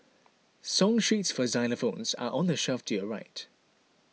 song sheets for xylophones are on the shelf to your right